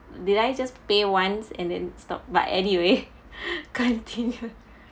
did I just pay once and then stop but anyway continue